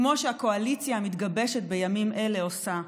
כמו שהקואליציה המתגבשת בימים אלה עושה,